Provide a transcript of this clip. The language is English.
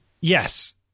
Yes